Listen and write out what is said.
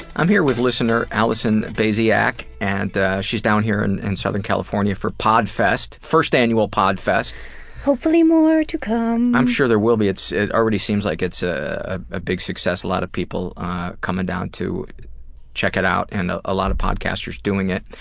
i'm here with listener alison baziak and she's down here in and southern california for podfest, first annual podfest alison hopefully more to come. i'm sure there will be. it already seems like it's ah ah a big success. a lot of people coming down to check it out and ah a lot of podcasters doing it.